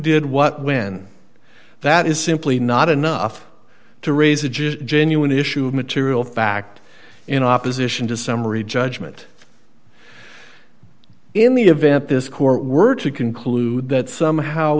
did what when that is simply not enough to raise a just genuine issue of material fact in opposition to summary judgment in the event this court were to conclude that somehow